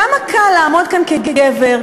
כמה קל לעמוד כאן כגבר,